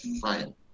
fine